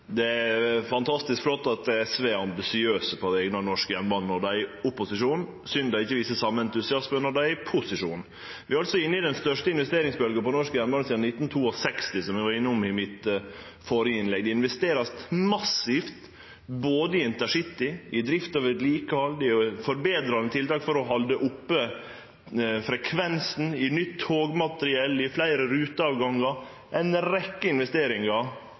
Det er fantastisk flott at SV er ambisiøse på vegner av norsk jernbane når dei er i opposisjon. Det er synd at dei ikkje viser same entusiasme når dei er i posisjon. Vi er altså inne i den største investeringsbølgja på norsk jernbane sidan 1962, slik eg var inne på i det førre innlegget mitt. Det vert investert massivt både i intercity, i drift og vedlikehald, i forbetrande tiltak for å halde oppe frekvensen, i nytt togmateriell, i fleire ruteavgangar